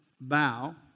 bow